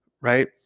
right